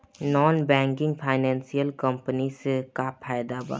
Non banking financial company से का फायदा बा?